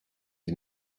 sie